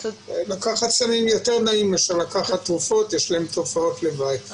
לקחת סמים יותר נעים מאשר לקחת את התרופות שיש להן תופעות לוואי.